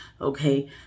okay